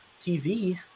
TV